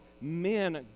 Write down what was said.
men